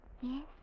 Yes